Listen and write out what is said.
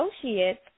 Associates